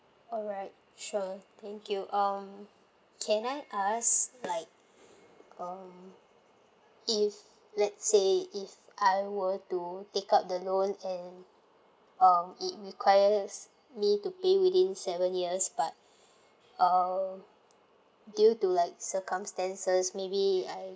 alright sure thank you um can I ask like um if let's say if I were to take up the loan and um it requires me to pay within seven years but uh due to like circumstances maybe I